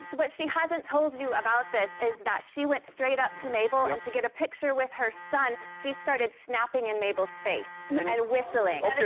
what she hasn't told you about this is that she went straight up to mabel and to get a picture with her son she started snapping in mabel's face and and and whistling.